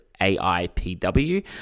AIPW